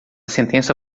sentença